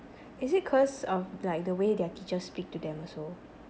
is it cause of like the way their teachers speak to them also